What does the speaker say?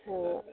ᱦᱮᱸ